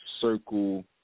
circle